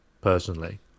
personally